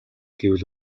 гэвэл